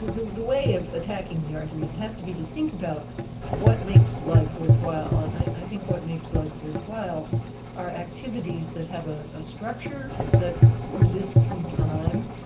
the the way of attacking the argument has to be to think about what makes life worthwhile, and i think what makes life worthwhile are activities that have a ah structure, that persist through time,